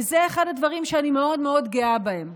וזה אחד הדברים שאני מאוד מאוד גאה בהם: